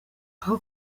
aho